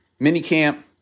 minicamp